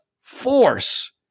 force